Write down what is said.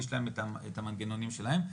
יש להם את המנגנונים שלהם.